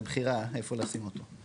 זו בחירה איפה לשים אותו,